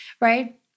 right